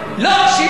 מה לעשות?